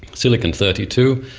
silicon thirty two,